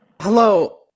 Hello